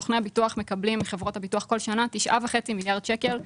סוכני ביטוח מקבלים מחברות הביטוח כל שנה 9.5 מיליארד שקלים,